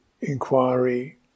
inquiry